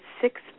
six